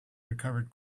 recovered